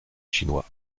chinois